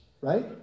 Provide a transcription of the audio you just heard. Right